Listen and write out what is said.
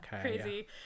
crazy